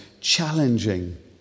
challenging